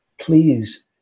please